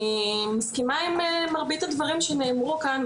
אני מסכימה עם מרבית הדברים שנאמרו כאן,